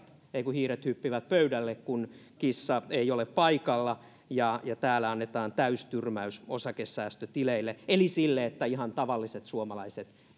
hiiret hyppivät pöydälle kun kissa ei ole paikalla niin täällä annetaan täystyrmäys osakesäästötileille eli sille että ihan tavalliset suomalaiset